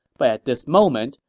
but at this moment,